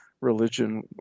religion